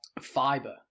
fiber